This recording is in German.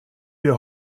wir